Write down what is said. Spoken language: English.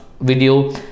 video